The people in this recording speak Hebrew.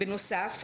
בנוסף,